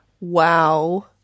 wow